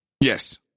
Yes